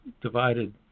divided